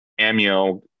amio